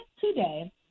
today